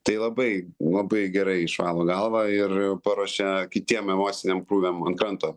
tai labai labai gerai išvalo galvą ir paruošia kitiem emociniam krūviam ant kranto